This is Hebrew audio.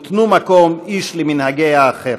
ותנו מקום איש למנהגי האחר.